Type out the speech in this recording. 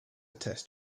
test